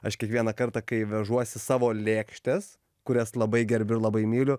aš kiekvieną kartą kai vežuosi savo lėkštes kurias labai gerbiu ir labai myliu